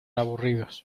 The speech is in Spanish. aburridos